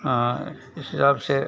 हाँ इस हिसाब से